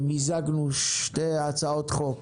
מיזגנו שתי הצעות חוק: